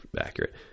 accurate